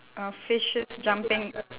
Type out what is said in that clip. uh fishes jumping